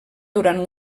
durant